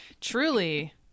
Truly